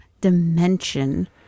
dimension